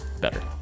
better